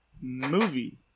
movie